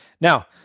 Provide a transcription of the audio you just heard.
Now